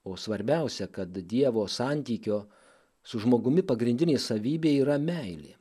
o svarbiausia kad dievo santykio su žmogumi pagrindinė savybė yra meilė